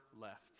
left